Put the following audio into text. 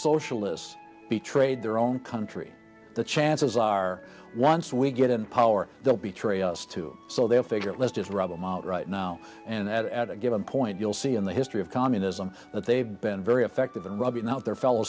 socialists betrayed their own country the chances are once we get in power they'll be tray us too so they'll figure let's just rebel right now and that at a given point you'll see in the history of communism that they've been very effective in rubbing out their fellow